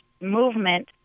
movement